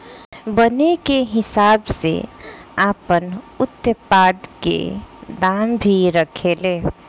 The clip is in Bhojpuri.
बने के हिसाब से आपन उत्पाद के दाम भी रखे ले